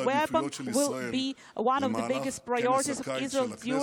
העדיפויות של ישראל במהלך כנס הקיץ של